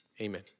Amen